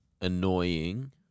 annoying